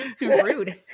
Rude